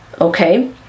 okay